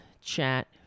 chat